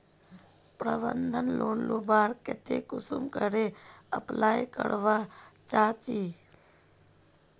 प्रबंधन लोन लुबार केते कुंसम करे अप्लाई करवा चाँ चची?